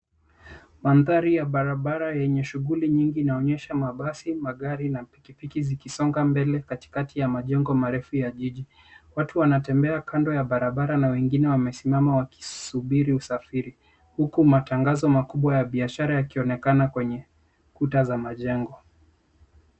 Mandhari ya barabara yenye shughuli nyingi inaonyesha mabasi, magari na pikipiki zikisonga mbele katikati ya majengo na marefu ya jiji. Watu wanatembea kando ya barabara na wengine wamesimama wakisubiri usafiri, huku matangazo kubwa ya biashara yakionekana kwenye kuta za majengo.